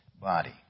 body